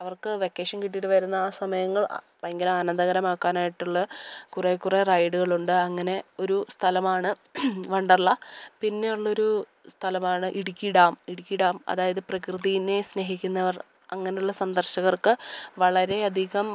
അവർക്ക് വെക്കേഷൻ കിട്ടിയിട്ട് വരുന്ന ആ സമയങ്ങൾ ഭയങ്കര ആനന്ദകരമാക്കാനായിട്ടുള്ള കുറെ കുറെ റൈഡുകൾ ഉണ്ട് അങ്ങനെ ഒരു സ്ഥലമാണ് വണ്ടർലാ പിന്നെയുള്ള ഒരു സ്ഥലമാണ് ഇടുക്കി ഡാം ഇടുക്കി ഡാം അതായത് പ്രകൃതിയെ സ്നേഹിക്കുന്നവർ അങ്ങനെയുള്ള സന്ദർശകർക്ക് വളരെ അധികം